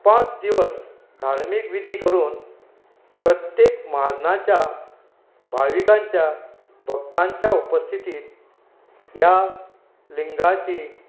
पांच दिवस धार्मीक विधी करून प्रत्येक म्हाजनाच्या भाविकाच्या भक्तांच्या उपस्थितींत ह्या लिंगाची